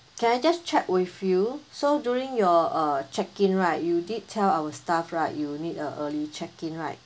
can I just check with you so during your uh check in right you did tell our staff right you need a early check in right